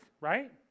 right